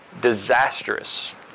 disastrous